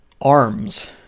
arms